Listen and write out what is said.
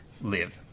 live